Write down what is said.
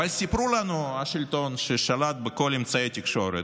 אבל סיפרו לנו, השלטון ששלט בכל אמצעי התקשורת,